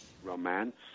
romance